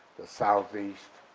the southeast,